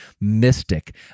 mystic